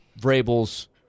Vrabel's –